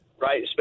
right